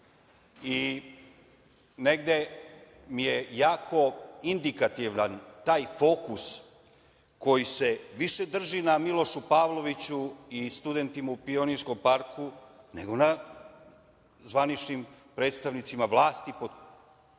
Negde mi je jako indikativan taj fokus koji se više drži na Milošu Pavloviću i studentima u Pionirskom parku, nego na zvaničnim predstavnicima vlasti protiv